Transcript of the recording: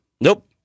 Nope